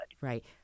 Right